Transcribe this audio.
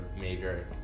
major